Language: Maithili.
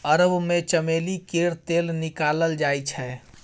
अरब मे चमेली केर तेल निकालल जाइ छै